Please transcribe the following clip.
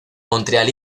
montreal